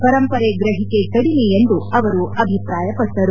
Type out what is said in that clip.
ಪರಂಪರೆ ಗ್ರಹಿಕೆ ಕಡಿಮೆ ಎಂದು ಅವರು ಅಭಿಪ್ರಾಯಪಟ್ಟರು